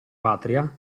patria